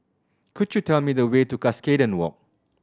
could you tell me the way to Cuscaden Walk